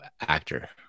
actor